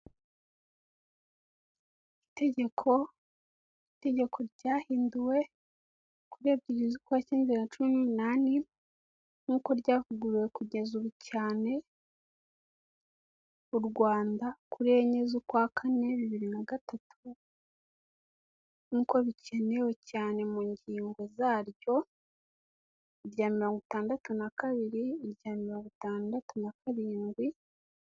Itegeko ryahinduwe kuri ebyiri z'ukwa cyenda bibiri na cumi n'umunani, nk'uko ryavuguruwe kugeza ubu cyane mu Rwanda, kuri enye z'ukwa kane bibiri na gatatu nk'uko bikenewe cyane mu ngingo zaryo, irya mirongo itandatu na kabiri, irya mirongo itandatu na karindwi.